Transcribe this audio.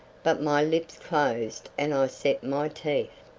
but my lips closed and i set my teeth.